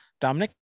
Dominic